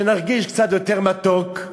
שנרגיש קצת יותר מתוק,